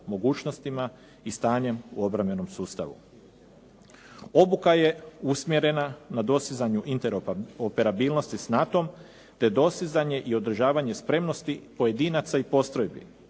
mogućnostima i stanjem u obrambenom sustavu. Obuka je usmjerena na dosezanju interoperabilnosti s NATO-om te dostizanje i održavanje spremnosti pojedinaca i postrojbi.